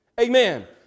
Amen